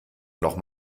noch